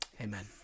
Amen